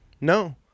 No